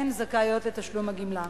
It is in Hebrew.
הן זכאיות לתשלום הגמלה.